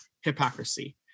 hypocrisy